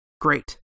great